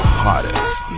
hottest